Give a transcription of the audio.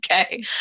Okay